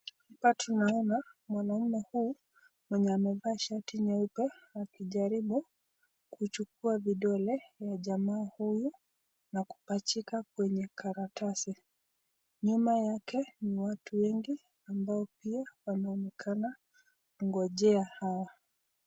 Hapa tunaona mwanaume huyu mwenye amevaa shati nyeupe akijaribu kujukua vidole ya jamaa huyu na kupajika kwenye karatasi, nyuma yake ni watu wengi ambao pia wanaonekana kungojea hawa.